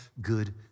good